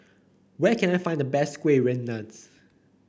where can I find the best Kueh Rengas